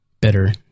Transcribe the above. better